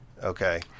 okay